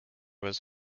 was